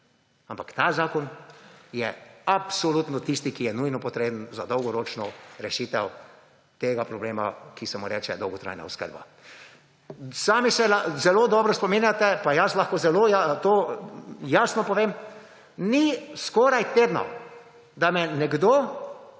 Ampak ta zakon je absolutno tisti, ki je nujno potreben za dolgoročno rešitev tega problema, ki se mu reče dolgotrajna oskrba. Sami se zelo dobro spominjate, pa jaz lahko zelo jasno povem, ni skoraj tedna, da me nekdo